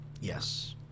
yes